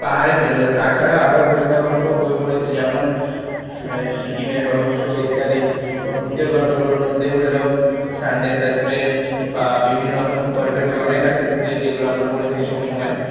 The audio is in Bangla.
পাহাড়ে ফেলুদা তাছাড়াও আরো গোয়েন্দা গল্প বই পড়েছি যেমন সিকিমের রহস্য ইত্যাদি এবং ভূতের গল্পের বইয়ের মধ্যে হল সানডে সাসপেন্স বা বিভিন্ন রকমের গল্পের বই অনেক আছে ভূতের যেগুলো আমরা পড়ে থাকি সবসময়